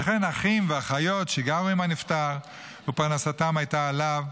וכן אחים ואחיות שגרו עם הנפטר ופרנסתם הייתה עליו.